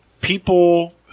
people